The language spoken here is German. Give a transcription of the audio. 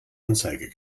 anzeige